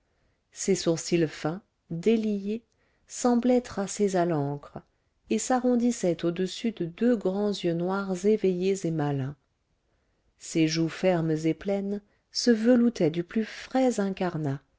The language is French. ses sourcils fins déliés semblaient tracés à l'encre et s'arrondissaient au-dessus de deux grands yeux noirs éveillés et malins ses joues fermes et pleines se veloutaient du plus frais incarnat